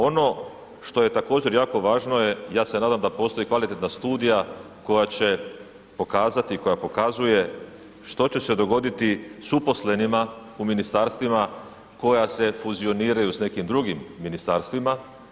Ono što je također jako važno je, ja se nadam da postoji kvalitetna studija koja će pokazati, koja pokazuje što će se dogoditi s uposlenima u ministarstvima koja se fuzioniraju s nekim drugim ministarstvima.